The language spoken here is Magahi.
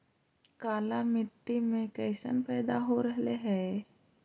काला मिट्टी मे कैसन पैदा हो रहले है?